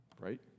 right